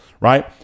right